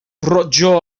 rojor